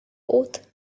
ought